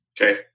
Okay